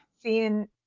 Seeing